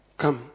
come